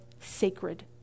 sacred